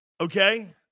Okay